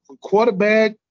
quarterback